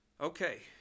Okay